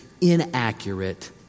inaccurate